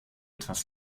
etwas